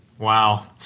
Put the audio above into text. Wow